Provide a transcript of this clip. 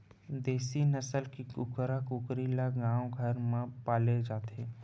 देसी नसल के कुकरा कुकरी ल गाँव घर म पाले जाथे